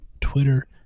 Twitter